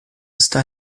está